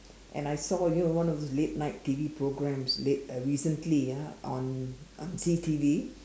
and I saw you know one of the late night T_V programs late uh recently ah on on C_T_V